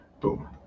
boom